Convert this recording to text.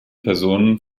personen